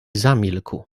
zamilkł